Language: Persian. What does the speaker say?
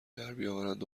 دربیاورند